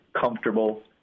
comfortable